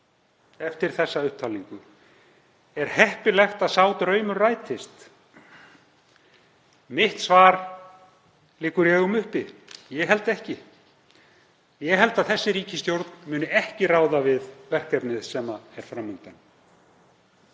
eftir þessa upptalningu: Er heppilegt að sá draumur rætist? Mitt svar liggur í augum uppi: Ég held ekki. Ég held að þessi ríkisstjórn muni ekki ráða við verkefnið sem er fram undan.